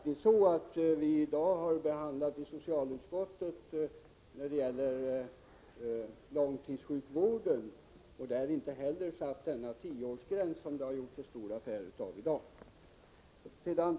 I dag har vi i socialutskottet behandlat långtidssjukvården, och vi har inte heller där satt den tioårsgräns som det har gjorts så stor affär av i dag.